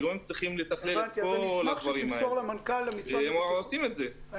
הם צריכים לתכלל את כל הדברים האלה והם עושים את זה -- הבנתי.